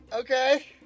Okay